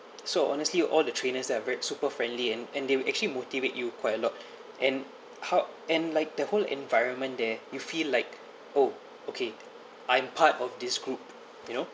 so honestly all the trainers there are very super friendly and and they will actually motivate you quite a lot and how and like the whole environment there you feel like oh okay I'm part of this group you know